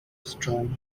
strong